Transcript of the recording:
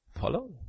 Follow